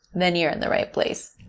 then you're in the right place,